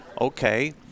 okay